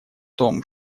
том